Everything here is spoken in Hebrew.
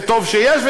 וטוב שיש,